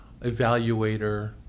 evaluator